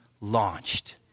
launched